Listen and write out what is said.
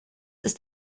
ist